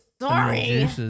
Sorry